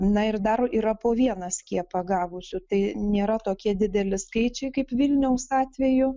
na ir dar yra po vieną skiepą gavusių tai nėra tokie dideli skaičiai kaip vilniaus atveju